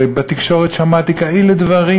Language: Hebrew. ובתקשורת שמעתי כאלה דברים,